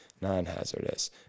non-hazardous